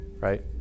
right